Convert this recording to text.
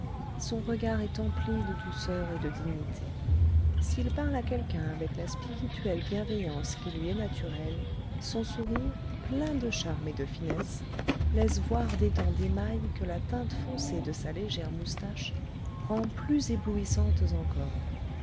son regard est empli de douceur et de dignité s'il parle à quelqu'un avec la spirituelle bienveillance qui lui est naturelle son sourire plein de charme et de finesse laisse voir des dents d'émail que la teinte foncée de sa légère moustache rend plus éblouissantes encore